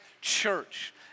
church